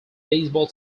baseball